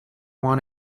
won